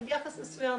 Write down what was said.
על יחס מסוים.